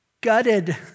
Gutted